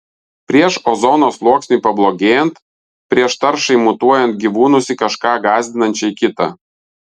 prieš ozono sluoksniui pablogėjant prieš taršai mutuojant gyvūnus į kažką gąsdinančiai kitą